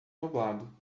nublado